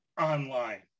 online